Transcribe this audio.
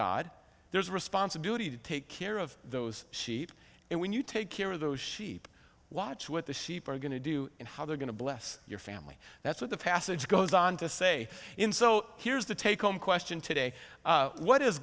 god there's a responsibility to take care of those sheep and when you take care of those sheep watch what the sheep are going to do and how they're going to bless your family that's what the passage goes on to say in so here's the take home question today what is